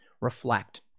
reflect